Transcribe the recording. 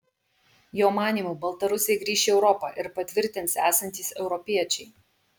jo manymu baltarusiai grįš į europą ir patvirtins esantys europiečiai